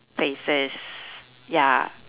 places ya